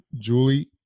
Julie